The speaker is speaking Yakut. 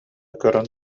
көрөн